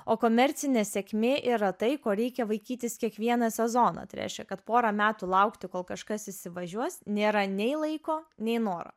o komercinė sėkmė yra tai ko reikia vaikytis kiekvieną sezoną tai reiškia kad porą metų laukti kol kažkas įsivažiuos nėra nei laiko nei noro